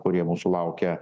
kurie mūsų laukia